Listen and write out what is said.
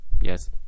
Yes